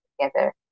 together